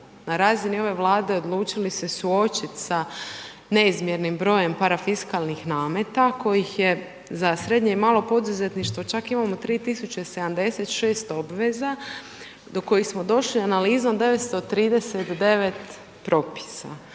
na razini ove Vlade odlučili se suočit sa neizmjernim brojem parafiskalnih nameta kojih je za srednje i malo poduzetništvo čak imamo 3076 obveza do kojih smo došli analizom 939 propisa.